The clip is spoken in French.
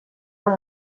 dans